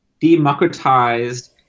democratized